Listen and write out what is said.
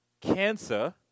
cancer